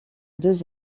deux